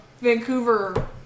Vancouver